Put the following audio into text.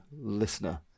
listener